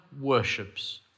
worships